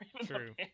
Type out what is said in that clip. true